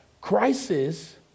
crisis